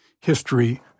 history